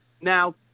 Now